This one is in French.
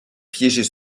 piéger